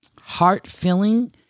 heart-filling